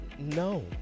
No